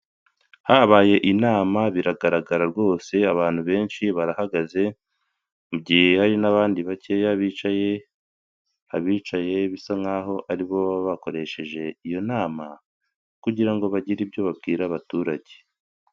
Habaye inama biragaragara rwose abantu benshi barahagaze, mu gihe hari n'abandi bakeya bicaye, abicaye bisa nkaho aribo bakoresheje iyo nama kugira ngo bagire ibyo babwira abaturage.